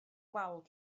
wal